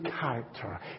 character